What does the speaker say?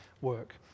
work